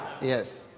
Yes